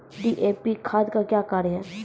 DAP खाद का क्या कार्य हैं?